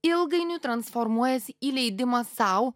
ilgainiui transformuojasi į leidimą sau